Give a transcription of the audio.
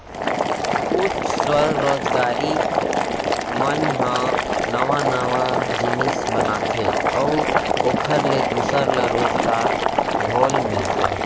कुछ स्वरोजगारी मन ह नवा नवा जिनिस बनाथे अउ ओखर ले दूसर ल रोजगार घलो मिलथे